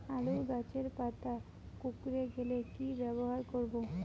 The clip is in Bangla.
আলুর গাছের পাতা কুকরে গেলে কি ব্যবহার করব?